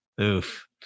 oof